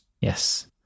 yes